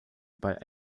bei